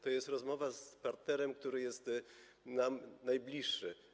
To jest rozmowa z partnerem, który jest nam najbliższy.